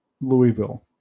Louisville